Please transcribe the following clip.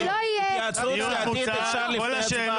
התייעצות סיעתית אפשר לפני הצבעה.